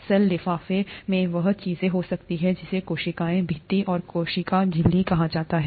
cell लिफ़ाफ़े में वह चीज़ हो सकती है जिसे कोशिका भित्ति और कोशिका झिल्ली कहा जाता है